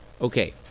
Okay